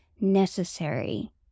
necessary